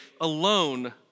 alone